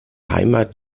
heimat